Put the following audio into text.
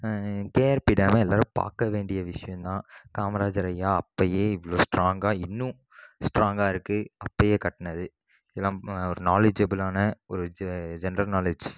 KRP டேமே எல்லாரும் பார்க்க வேண்டிய விஷயந்தான் காமராஜர் ஐயா அப்போயே இவ்வளோ ஸ்ட்ராங்காக இன்னும் ஸ்ட்ராங்காக இருக்கு அப்போயே கட்டினது இதுலாம் ஒரு நாலேஜபிளான ஒரு ஜென்ரல் நாலேஜ்